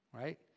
Right